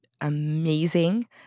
amazing